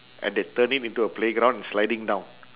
and they turn it into a playground sliding down